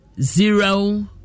zero